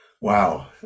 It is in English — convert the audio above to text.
Wow